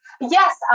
Yes